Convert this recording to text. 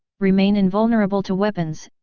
remain invulnerable to weapons,